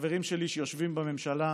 חברים שלי שיושבים בממשלה,